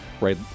right